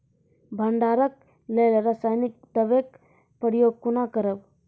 भंडारणक लेल रासायनिक दवेक प्रयोग कुना करव?